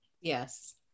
Yes